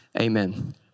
amen